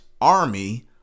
Army